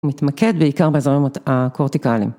מתמקד בעיקר בזרמות הקורטיקליים.